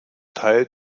teil